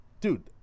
dude